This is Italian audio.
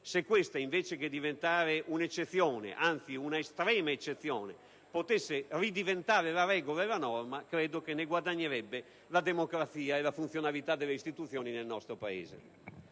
Se questa invece che essere un'eccezione, anzi un'estrema eccezione, potesse ridiventare la regola e la norma, credo che ne guadagnerebbero la democrazia e la funzionalità delle istituzioni nel nostro Paese.